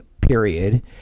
period